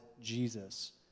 Jesus